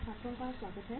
छात्रों का स्वागत हैं